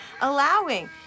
Allowing